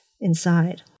inside